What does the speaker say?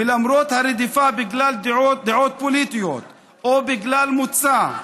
ולמרות הרדיפה בגלל דעות פוליטיות או בגלל מוצא,